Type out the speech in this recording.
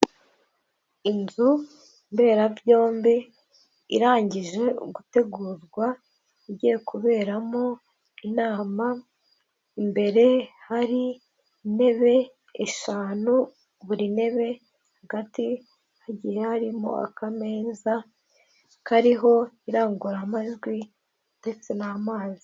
Inzu mberabyombi irangije gutegurwa igiye kuberamo inama, imbere hari intebe eshanu, buri ntebe hagati hagiye harimo akameza kariho irangururamajwi ndetse n'amazi.